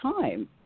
time